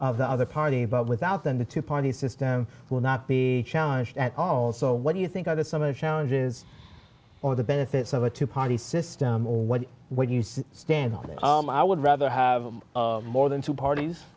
gray the other party but without them the two party system will not be challenged at all so what do you think are the some of the challenges or the benefits of a two party system or what would you stand on this i would rather have more than two parties